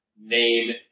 name